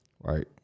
Right